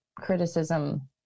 criticism